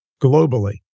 globally